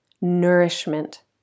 nourishment